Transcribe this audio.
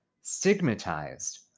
stigmatized